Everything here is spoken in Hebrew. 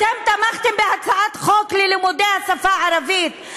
אתם תמכתם בהצעת חוק ללימוד השפה הערבית,